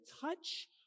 touch